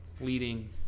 leading